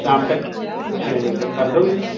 ਸ਼ਾਮ ਤੱਕ ਛੇ ਵਜੇ ਤੱਕ ਕਰ ਦੋਗੇ ਜੀ